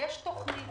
יש תוכנית